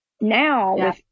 now